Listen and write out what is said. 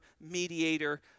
mediator